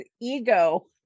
ego